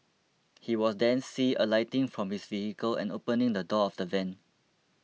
he was then see alighting from his vehicle and opening the door of the van